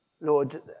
Lord